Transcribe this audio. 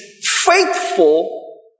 faithful